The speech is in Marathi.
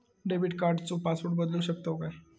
डेबिट कार्डचो पासवर्ड बदलु शकतव काय?